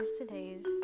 today's